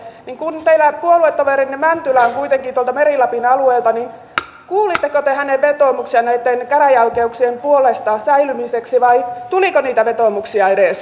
kun teidän puoluetoverinne mäntylä on kuitenkin tuolta meri lapin alueelta niin kuulitteko te hänen vetoomuksiaan näitten käräjäoikeuksien säilymiseksi vai tuliko niitä vetoomuksia edes